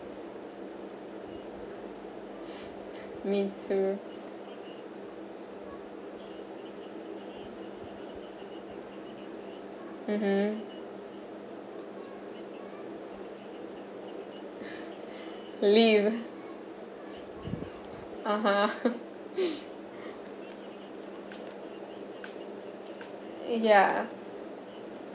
me too mmhmm believe ah (uh huh) yeah